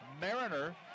Mariner